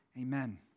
Amen